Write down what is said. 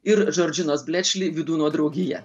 ir džordžinos bletšli vydūno draugija